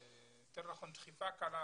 יותר נכון דחיפה קלה